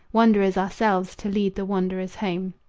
wanderers ourselves to lead the wanderers home.